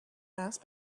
mass